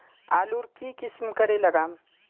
आलूर की किसम करे लागम?